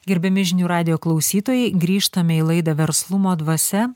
gerbiami žinių radijo klausytojai grįžtame į laidą verslumo dvasia